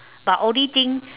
but only thing